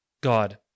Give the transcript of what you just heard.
God